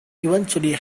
eventually